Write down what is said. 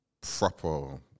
proper